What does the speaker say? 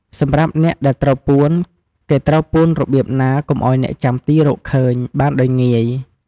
សម្រាប់អ្នកដែលត្រូវពួន គេត្រូវពួនរបៀបណា កុំឱ្យអ្នកចាំទីរកឃើញ បានដោយងាយ។